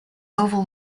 oval